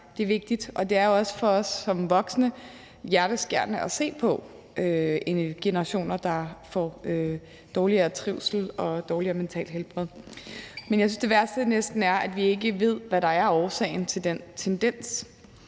det er vigtigt, og det er jo også for os som voksne hjerteskærende at se på generationer, der får dårligere trivsel og dårligere mentalt helbred. Jeg synes næsten, det værste er, at vi ikke ved, hvad der er årsagen til den tendens.